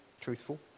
truthful